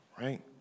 right